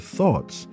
thoughts